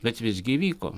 bet visgi įvyko